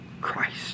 Christ